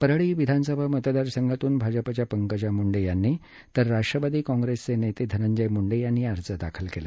परळी विधानसभा मतदारसंघातून भाजपाच्या पंकजा मुंडे यांनी तर राष्ट्रवादी काँप्रेसचे नेते धनंजय मुंडे अर्ज दाखल केला